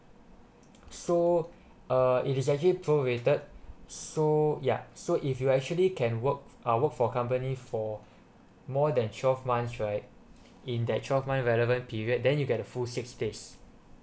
so uh it is actually prorated so ya so if you actually can work uh work for company for more than twelve months right in that twelve month relevant period then you get a full six days